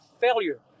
failure